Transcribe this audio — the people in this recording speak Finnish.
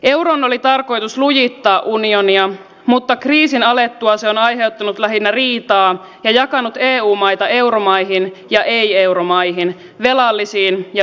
euron oli tarkoitus lujittaa unionia mutta kriisin alettua se on aiheuttanut lähinnä riitaa ja jakanut eu maita euromaihin ja ei euromaihin velallisiin ja velkojiin